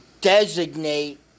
designate